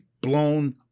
blown